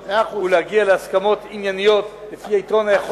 ולהגיע להסכמות ענייניות לפי היתרון היחסי של שניהם,